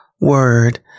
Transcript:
word